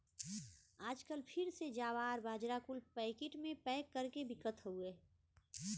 आजकल फिर से जवार, बाजरा कुल पैकिट मे पैक कर के बिकत हउए